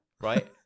right